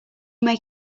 may